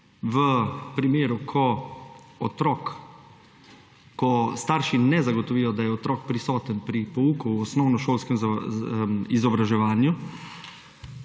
v primeru, ko starši ne zagotovijo, da je otrok prisoten pri pouku v osnovnošolskem izobraževanju,